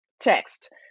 text